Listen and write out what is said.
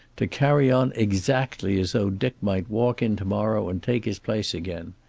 to carry on exactly as though dick might walk in to-morrow and take his place again.